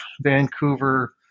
Vancouver